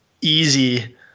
easy